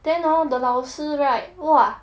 then hor the 老师 right !wah!